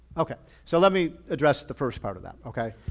okay. so let me address the first part of that. okay.